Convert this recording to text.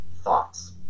thoughts